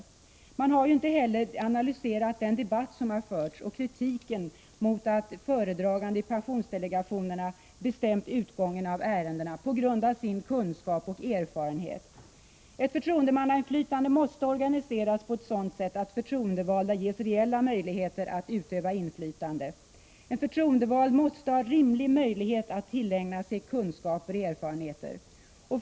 Regeringen har inte heller analyserat den debatt som har förts eller kritiken mot att föredragande i pensionsdelegationerna på grund av sin kunskap och erfarenhet bestämt utgången av ärendena. Ett förtroendemannainflytande måste organiseras på ett sådant sätt att de förtroendevalda ges reella möjligheter att utöva inflytandet. En förtroendevald måste ha en rimlig chans att tillägna sig kunskaper och erfarenheter.